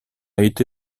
été